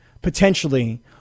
potentially